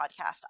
podcast